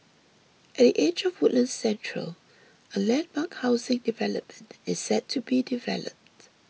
at the edge of Woodlands Central a landmark housing development is set to be developed